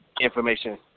information